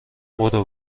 برو